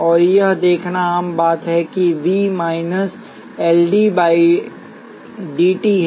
और यह देखना आम बात है कि V minus L dI by dt है